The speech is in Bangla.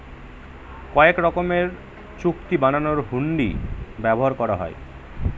কয়েক রকমের চুক্তি বানানোর হুন্ডি ব্যবহার করা হয়